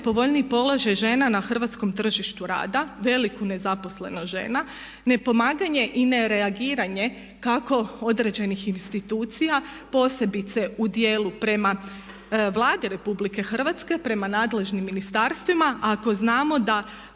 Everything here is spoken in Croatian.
nepovoljniji položaj žena na hrvatskom tržištu rada, veliku nezaposlenost žena, nepomaganje i nereagiranje kako određenih institucija posebice u dijelu prema Vladi Republike Hrvatske, prema nadležnim ministarstvima ako znamo da